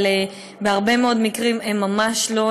אבל בהרבה מאוד מקרים הם ממש לא,